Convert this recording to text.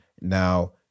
Now